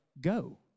Go